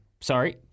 sorry